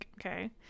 Okay